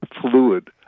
fluid